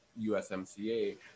usmca